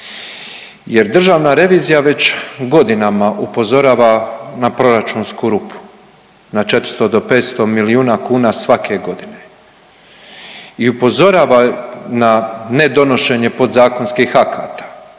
Jer Državna revizija već godinama upozorava na proračunsku rupu, na 400 do 500 milijuna svake godine. I upozorava na nedonošenje podzakonskih akata.